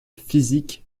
physiques